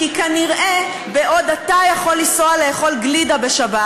כי כנראה בעוד אתה יכול לנסוע לאכול גלידה בשבת